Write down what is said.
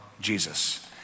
Jesus